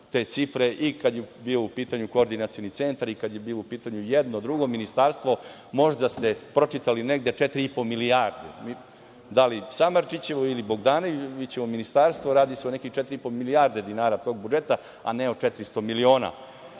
te cifre i kad je bio u pitanju Koordinacioni centar i kada je bilo u pitanju jedno, drugo ministarstvo. Možda ste pročitali negde četiri i po milijarde, da li Samardžićevo ili Bogdanovićevo ministarstvo, ali, radi se o nekih četiri i po milijarde dinara tog budžeta, a ne o 400 miliona. Bilo